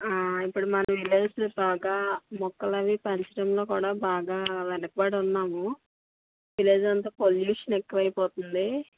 ఇప్పుడు మన విలేజ్లో బాగా మొక్కలవి పెంచడంలో కూడా బాగా వెనకబడి ఉన్నాము విలేజ్ అంతా పొల్యూషన్ ఎక్కువైపోతుంది